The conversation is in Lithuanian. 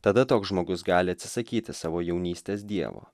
tada toks žmogus gali atsisakyti savo jaunystės dievo